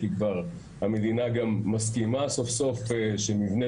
כי כבר המדינה מסכימה סוף סוף שמבנה